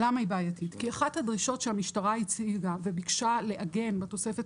כי אחת הדרישות שהמשטרה הציגה וביקשה לעגן בתוספת